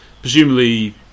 Presumably